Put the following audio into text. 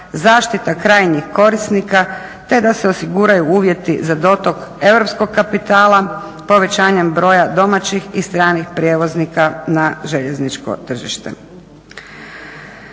zaštita krajnjih korisnika te da se osiguraju uvjeti za dotok europskog kapitala, povećanjem broja domaćih i stranih prijevoznika na željezničko tržište.